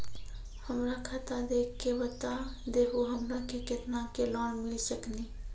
हमरा खाता देख के बता देहु हमरा के केतना के लोन मिल सकनी?